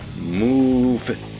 move